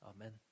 Amen